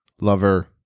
lover